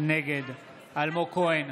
נגד אלמוג כהן,